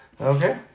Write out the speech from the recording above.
Okay